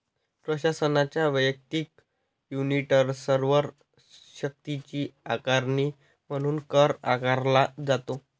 प्रशासनाच्या वैयक्तिक युनिट्सवर सक्तीची आकारणी म्हणून कर आकारला जातो